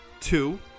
Two